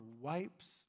wipes